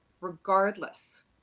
regardless